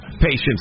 Patience